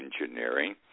engineering